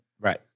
Right